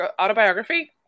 autobiography